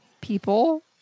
people